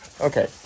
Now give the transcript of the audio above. Okay